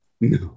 No